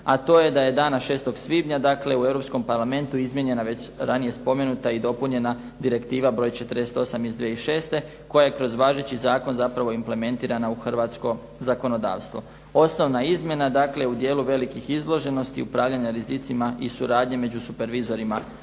a to je da je dana 6. svibnja dakle u Europskom parlamentu izmijenjena već ranije spomenuta i dopunjena Direktiva broj 48 iz 2006. koja je kroz važeći zakon zapravo implementirana u hrvatsko zakonodavstvo. Osnovna izmjena, dakle u dijelu velikih izloženosti upravljanja rizicima i suradnji među supervizorima država.